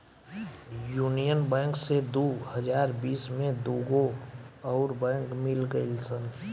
union bank से दू हज़ार बिस में दूगो अउर बैंक मिल गईल सन